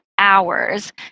Hours